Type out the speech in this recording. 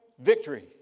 victory